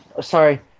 sorry